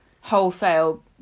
wholesale